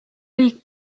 riik